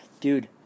dude